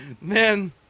Man